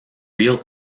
real